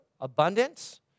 abundance